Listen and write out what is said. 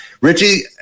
Richie